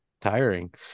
tiring